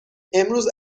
امروز